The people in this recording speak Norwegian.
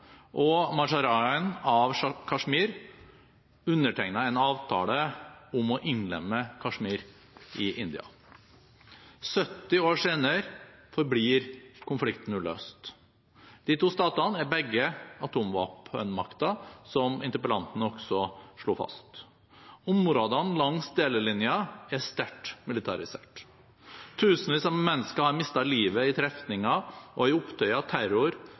og maharajaen av Kashmir undertegnet en avtale om å innlemme Kashmir i India. 70 år senere forblir konflikten uløst. De to statene er begge atomvåpenmakter, som interpellanten også slo fast. Områdene langs delelinjen er sterkt militarisert. Tusenvis av mennesker har mistet livet i trefninger og i opptøyer, terror